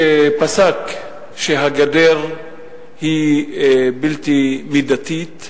שפסק שהגדר היא בלתי מידתית,